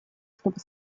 чтобы